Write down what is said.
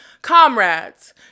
Comrades